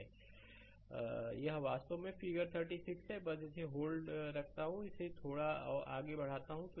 slide समय देखें 1919 यह वास्तव में फिगर 36 है बस इसे होल्ड रखता हूं इसे थोड़ा आगे बढ़ा दूं